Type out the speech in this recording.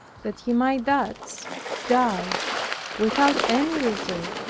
that he might thus die without any reserve,